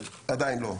עדיין לא.